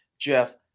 Jeff